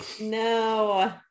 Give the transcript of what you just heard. No